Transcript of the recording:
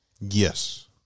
Yes